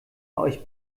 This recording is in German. euch